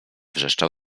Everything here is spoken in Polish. wrzeszczał